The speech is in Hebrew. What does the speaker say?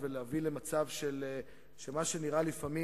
אני מאמין